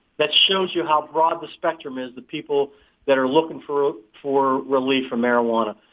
that shows you how broad the spectrum is the people that are looking for ah for relief from marijuana.